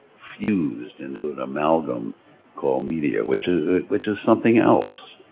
fused into an amalgam called media, which which is something else,